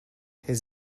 his